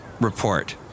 report